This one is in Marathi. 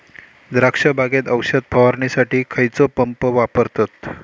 द्राक्ष बागेत औषध फवारणीसाठी खैयचो पंप वापरतत?